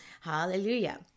Hallelujah